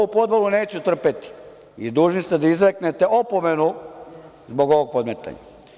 Ovu podvalu neću trpeti i dužni ste da izreknete opomenu zbog ovog podmetanja.